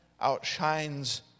outshines